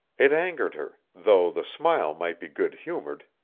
it angered her though the smile might be good-humored,